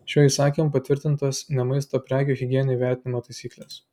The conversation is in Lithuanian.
šiuo įsakymu patvirtintos ne maisto prekių higieninio įvertinimo taisyklės